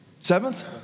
Seventh